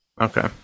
Okay